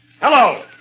Hello